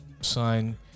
sign